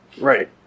Right